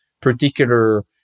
particular